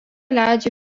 leidžia